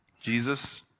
Jesus